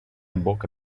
boca